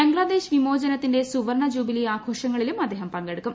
ബംഗ്ലാദേശ് വിമോചനത്തിന്റെ സുവർണജൂബിലി ആഘോഷങ്ങളിലും അദ്ദേഹം പങ്കെടുക്കും